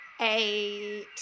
Eight